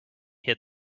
hit